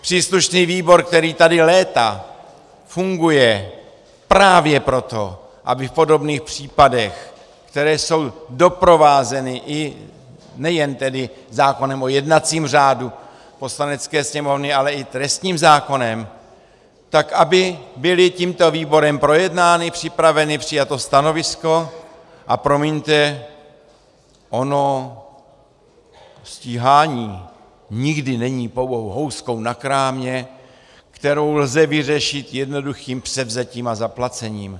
Příslušný výbor, který tady léta funguje právě proto, aby v podobných případech, které jsou doprovázeny nejen tedy zákonem o jednacím řádu Poslanecké sněmovny, ale i trestním zákonem, tak aby byly tímto výborem projednány, připraveny, přijato stanovisko a promiňte ono stíhání nikdy není pouhou houskou na krámě, kterou lze vyřešit jednoduchým převzetím a zaplacením.